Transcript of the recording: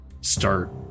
start